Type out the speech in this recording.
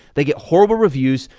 they get horrible reviews,